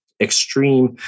extreme